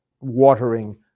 watering